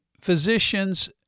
physician's